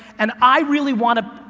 and i really want to,